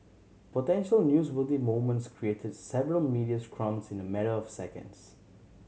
potential newsworthy moments created several media scrums in a matter of seconds